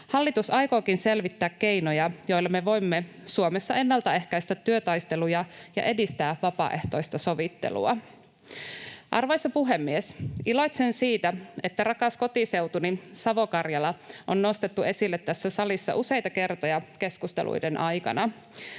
Hallitus aikookin selvittää keinoja, joilla me voimme Suomessa ennaltaehkäistä työtaisteluja ja edistää vapaaehtoista sovittelua. Arvoisa puhemies! Iloitsen siitä, että rakas kotiseutuni Savo-Karjala on nostettu esille tässä salissa useita kertoja keskusteluiden aikana.